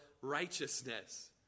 righteousness